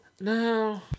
No